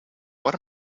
what